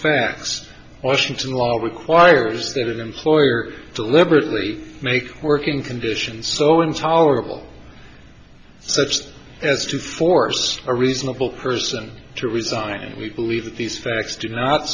facts washington lobby choir's their employer deliberately make working conditions so intolerable so as to force a reasonable person to resign and we believe that these facts do not